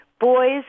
boys